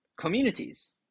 communities